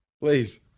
please